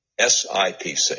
SIPC